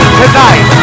tonight